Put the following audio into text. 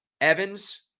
Evans